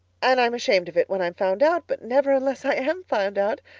and i'm ashamed of it when i'm found out, but never unless i am found out.